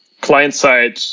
client-side